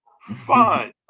Fine